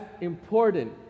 important